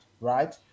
right